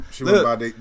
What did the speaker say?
look